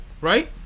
right